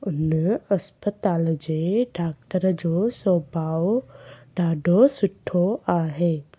उन अस्पताल जे डाक्टर जो सुभाउ ॾाढो सुठो आहे